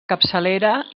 capçalera